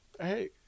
Hey